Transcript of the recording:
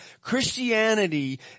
christianity